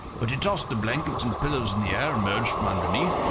but he tossed the blankets and pillows in the air, emerged from underneath,